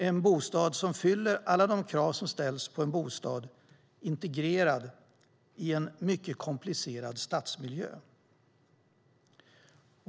Den är en bostad som fyller alla de krav som ställs på en bostad integrerad i en mycket komplicerad stadsmiljö.